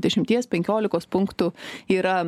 dešimties penkiolikos punktų yra